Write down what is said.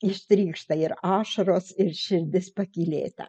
ištrykšta ir ašaros ir širdis pakylėta